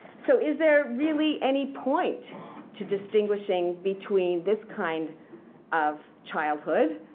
so is there really any point to distinguishing between this kind of childhood